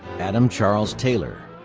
adam charles taylor.